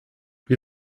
wir